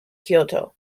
kyoto